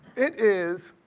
it is